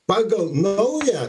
pagal naują